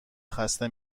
خسته